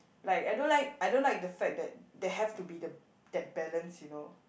like I don't like I don't like the fact that they have to be the that balance you know